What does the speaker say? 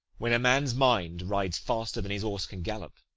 when a man's mind rides faster than his horse can gallop,